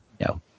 No